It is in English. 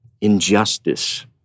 injustice